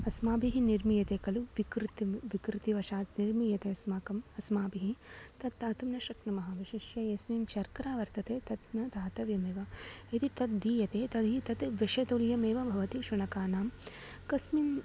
अस्माभिः निर्मीयते खलु विकृतिं विकृतिवशात् निर्मीयते अस्माकम् अस्माभिः तद् दातुं न शक्नुमः विशिष्य यस्मिन् शर्करा वर्तते तद् न दातव्यमेव यदि तद् दीयते तर्हि तद् विषतुल्यमेव भवति शुनकानां कस्मिन्